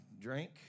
drink